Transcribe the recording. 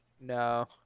No